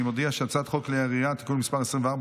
אני מודיע שהצעת חוק כלי הירייה (תיקון מס' 24),